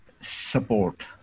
support